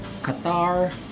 Qatar